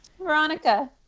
Veronica